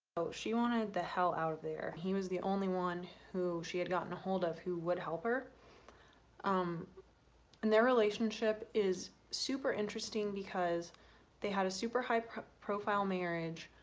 oh she wanted the hell out of there he was the only one who she had gotten a hold of who would help her um and their relationship is super interesting because they had a super high-profile marriage